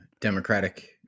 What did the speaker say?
Democratic